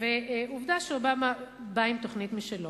עובדה שאובמה בא עם תוכנית משלו.